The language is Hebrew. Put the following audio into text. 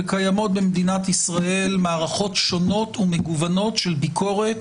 וקיימות במדינת ישראל מערכות שונות ומגוונות של ביקורת